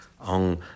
on